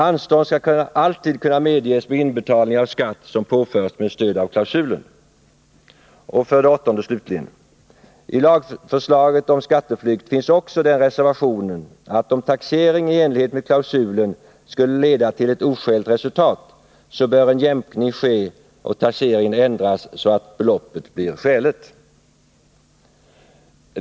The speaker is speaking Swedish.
Anstånd skall alltid kunna medges med inbetalning av skatt som påförts med stöd av klausulen. 8. I lagförslaget om skatteflykt finns också den reservationen att om taxering i enlighet med klausulen skulle leda till ett oskäligt resultat, så bör en jämkning ske och taxeringen ändras så att beloppet blir skäligt.